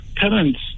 parents